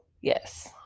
Yes